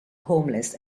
homeless